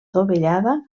dovellada